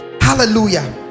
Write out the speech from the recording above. Hallelujah